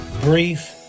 brief